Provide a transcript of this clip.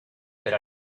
per